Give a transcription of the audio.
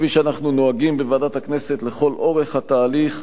כפי שאנחנו נוהגים בוועדת הכנסת לכל אורך התהליך,